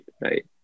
right